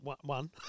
one